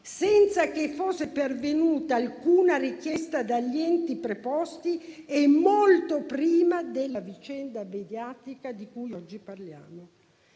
senza che fosse pervenuta alcuna richiesta dagli enti preposti e molto prima della vicenda mediatica di cui oggi parliamo.